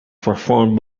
performed